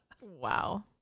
Wow